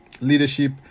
leadership